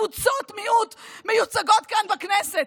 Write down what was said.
קבוצות מיעוט מיוצגות כאן בכנסת.